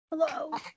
Hello